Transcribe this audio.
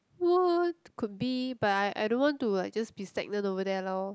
what could be but I I don't want to like just be stagnant over there lor